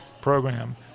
program